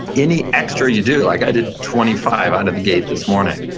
any extra you do, like i did twenty five out of the gate this morning,